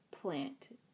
plant